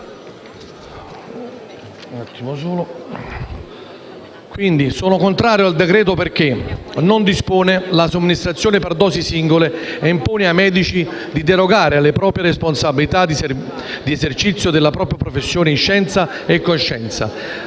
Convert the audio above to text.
sono contrario al decreto-legge perché non dispone la somministrazione per dosi singole e impone ai medici di derogare alle proprie responsabilità di esercizio della propria professione in scienza e coscienza,